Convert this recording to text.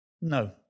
No